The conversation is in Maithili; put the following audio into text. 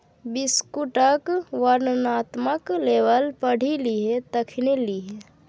बिस्कुटक वर्णनात्मक लेबल पढ़ि लिहें तखने लिहें